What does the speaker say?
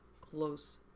close